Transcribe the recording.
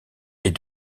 est